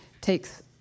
takes